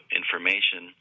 information